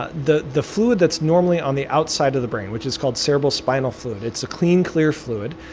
ah the the fluid that's normally on the outside of the brain, which is called cerebral spinal fluid it's a clean, clear fluid.